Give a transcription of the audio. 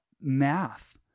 Math